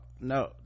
No